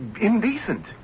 indecent